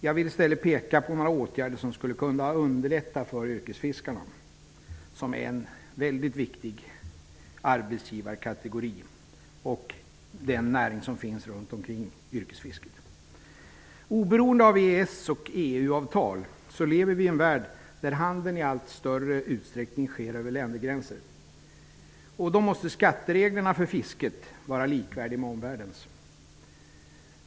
Jag vill i stället peka på några åtgärder som skulle kunna underlätta för yrkesfiskarna, som är en mycket viktig arbetsgivarkategori, och den näring som finns runt omkring yrkesfisket. Oberoende av EES och EU-avtal lever vi i en värld där handeln i allt större utsträckning sker över ländergränser. Då måste skattereglerna för fisket vara likvärdiga med omvärldens.